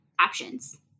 options